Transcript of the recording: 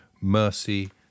mercy